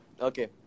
Okay